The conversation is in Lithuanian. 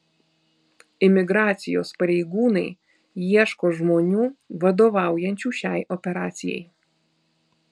imigracijos pareigūnai ieško žmonių vadovaujančių šiai operacijai